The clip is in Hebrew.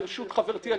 ברשות חברתי,